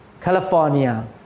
California